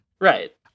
Right